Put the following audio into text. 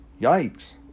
Yikes